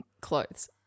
clothes